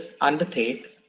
undertake